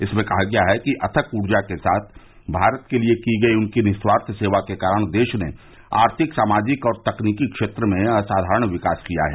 इसमें कहा गया है कि अथक ऊर्जा के साथ भारत के लिए की गई उनकी निःस्वार्थ सेवा के कारण देश ने आर्थिक सामाजिक और तकनीकी क्षेत्र में असाधारण विकास किया है